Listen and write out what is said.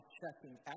checking